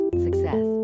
success